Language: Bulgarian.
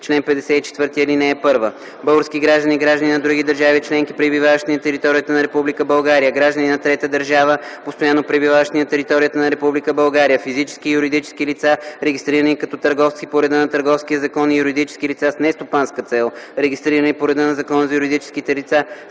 чл. 54: „Чл. 54. (1) Български граждани, граждани на други държави членки, пребиваващи на територията на Република България, граждани на трета държава, постоянно пребиваващи на територията на Република България, физически и юридически лица, регистрирани като търговци по реда на Търговския закон, и юридически лица с нестопанска цел, регистрирани по реда на Закона за юридическите лица